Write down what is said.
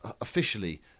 officially